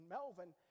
Melvin